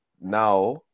now